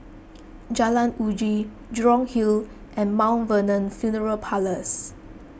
Jalan Uji Jurong Hill and Mount Vernon funeral Parlours